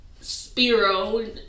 Spiro